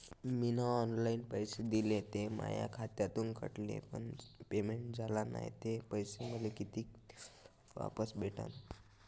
मीन online पैसे दिले, ते माया खात्यातून कटले, पण पेमेंट झाल नायं, ते पैसे मले कितीक दिवसात वापस भेटन?